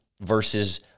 versus